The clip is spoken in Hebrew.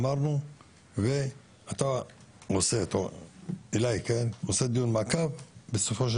אמרנו ואתה עושה דיון מעקב ובסופו של